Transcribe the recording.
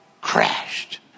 crashed